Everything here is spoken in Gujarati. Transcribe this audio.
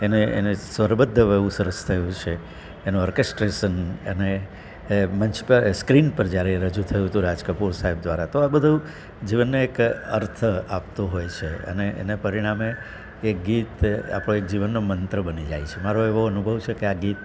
એને એને સ્વરબદ્ધ એવું સરસ થયું છે એનું ઓર્કેસ્ટ્રેસશન અને મંચ પર સ્ક્રિન પર જયારે રજૂ થયું હતું રાજકપૂર સાહેબ દ્વારા તો આ બધું જીવનને એક અર્થ આપતો હોય છે અને એને પરિણામે એ ગીત આપણાં જીવનનો એક મંત્ર બની જાય છે મારો એવો અનુભવ છે કે આ ગીત